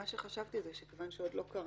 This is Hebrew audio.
מה שחשבתי זה שכיוון שעוד לא קראנו